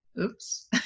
Oops